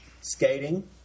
skating